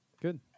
Good